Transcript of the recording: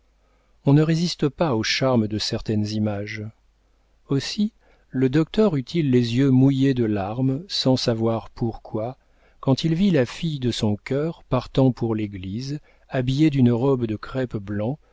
on ne résiste pas aux charmes de certaines images aussi le docteur eut-il les yeux mouillés de larmes sans savoir pourquoi quand il vit la fille de son cœur partant pour l'église habillée d'une robe de crêpe blanc